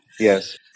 Yes